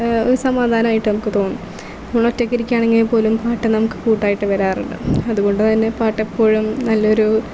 ഒരു സമാധാനമായിട്ട് നമുക്ക് തോന്നും നമ്മൾ ഒറ്റക്കിരിക്കുക ആണെങ്കിൽ പോലും പാട്ട് നമുക്ക് കൂട്ടായിട്ട് വരാറുണ്ട് അതുകൊണ്ട് തന്നെ പാട്ട് എപ്പോഴും നല്ല ഒരു